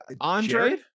andre